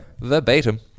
verbatim